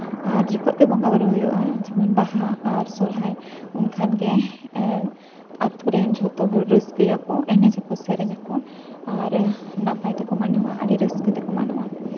ᱟᱨ ᱡᱚᱠᱷᱚᱡ ᱜᱮ ᱵᱚᱸᱜᱟᱼᱵᱩᱨᱩ ᱦᱩᱭᱩᱜᱼᱟ ᱡᱮᱢᱚᱱ ᱵᱟᱦᱟ ᱟᱨ ᱥᱚᱦᱨᱟᱭ ᱩᱱᱠᱷᱟᱱᱜᱮ ᱟᱹᱛᱩ ᱨᱮᱱ ᱡᱷᱚᱛᱚ ᱦᱚᱲ ᱨᱟᱹᱥᱠᱟᱹᱭᱟᱠᱚ ᱮᱱᱮᱡ ᱟᱠᱚ ᱥᱮᱨᱮᱧ ᱟᱠᱚ ᱟᱨ ᱱᱟᱯᱟᱭ ᱛᱮᱠᱚ ᱢᱟᱱᱟᱣᱟ ᱟᱹᱰᱤ ᱨᱟᱹᱥᱠᱟᱹ ᱛᱮᱠᱚ ᱢᱟᱱᱟᱣᱟ